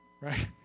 right